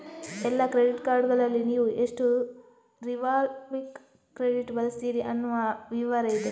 ಎಲ್ಲಾ ಕ್ರೆಡಿಟ್ ಕಾರ್ಡುಗಳಲ್ಲಿ ನೀವು ಎಷ್ಟು ರಿವಾಲ್ವಿಂಗ್ ಕ್ರೆಡಿಟ್ ಬಳಸ್ತೀರಿ ಅನ್ನುವ ವಿವರ ಇದೆ